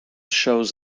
shows